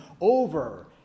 over